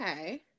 okay